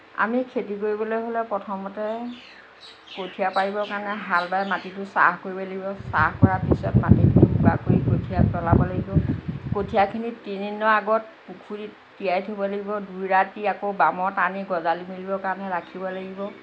আমি খেতি কৰিবলৈ হ'লে প্ৰথমতে কঠীয়া পাৰিবৰ কাৰণে হাল বাই মাটিটো চাহ কৰিব লাগিব চাহ কৰাৰ পিছত মাটিখিনি কৰি কঠীয়া পেলাব লাগিব কঠীয়াখিনি তিনিদিনৰ আগত পুখুৰীত তিয়াই থ'ব লাগিব দুৰাতি আকৌ বামত আনি গজালি মেলিব কাৰণে ৰাখিব লাগিব